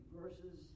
verses